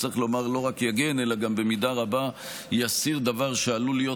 צריך לומר: לא רק יגן אלא גם במידה רבה יסיר דבר שעלול להיות